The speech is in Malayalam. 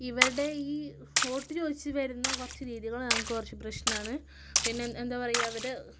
ഇവരുടെ ഈ വോട്ട് ചോദിച്ച് വരുന്ന കുറച്ച് രീതികൾ ഞങ്ങൾക്ക് കുറച്ച് പ്രശ്നമാണ് പിന്നെ എന്താണ് എന്താണ് പറയുക ഇവരുടെ